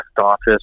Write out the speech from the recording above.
office